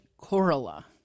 corolla